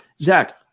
Zach